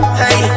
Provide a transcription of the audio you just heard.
hey